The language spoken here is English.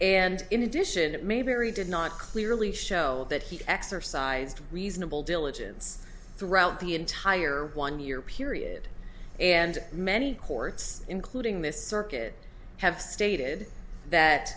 and in addition it may vary did not clearly show that he exercised reasonable diligence throughout the entire one year period and many courts including this circuit have stated that